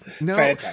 No